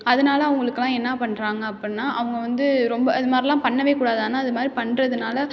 அதனால அவங்களுக்குலாம் என்னப் பண்ணுறாங்க அப்புடின்னா அவங்க வந்து ரொம்ப அது மாதிரில்லாம் பண்ணவேக் கூடாது ஆனால் அது மாதிரி பண்ணுறதுனால